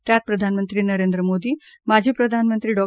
त्यात प्रधानमंत्री नरेंद्र मोदी माजी प्रधानमंत्री डॉ